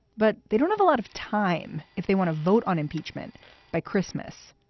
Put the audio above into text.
but they don't have a lot of time if they want to vote on impeachment by christmas.